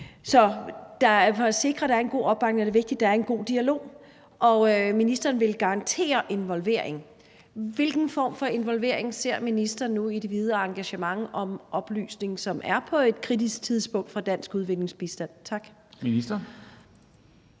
Så for at sikre, at er der en god opbakning, er det vigtigt, at der er en god dialog, og at ministeren vil garantere involvering. Hvilken form for involvering ser ministeren nu i det videre engagement om oplysning, som er på et kritisk tidspunkt for dansk udviklingsbistand? Tak.